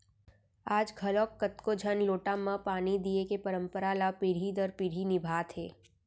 आज घलौक कतको झन लोटा म पानी दिये के परंपरा ल पीढ़ी दर पीढ़ी निभात हें